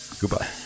Goodbye